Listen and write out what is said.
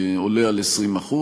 שעולה על 20%,